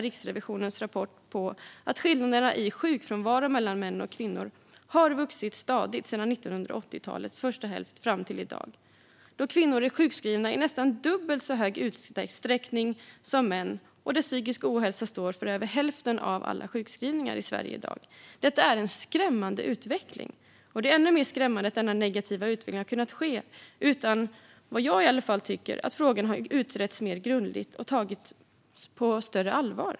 Riksrevisionens rapport visar dessutom att skillnaderna i sjukfrånvaro mellan män och kvinnor har vuxit stadigt sedan 1980-talets första hälft fram till i dag. Kvinnor är sjukskrivna i nästan dubbelt så stor utsträckning som män, och psykisk ohälsa står för över hälften av alla sjukskrivningar i Sverige i dag. Detta är en skrämmande utveckling, och det är ännu mer skrämmande att denna negativa utveckling har kunnat ske utan att frågan - i alla fall tycker jag det - har utretts grundligt och tagits på allvar.